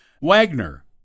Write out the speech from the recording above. Wagner